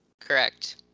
correct